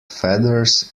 feathers